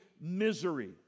misery